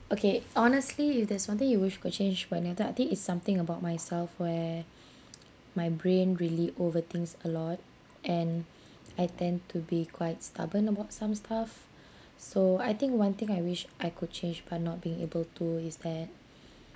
okay honestly if there's one thing you wish could change when I think it's something about myself where my brain really overthinks a lot and I tend to be quite stubborn about some stuff so I think one thing I wish I could change but not being able to is that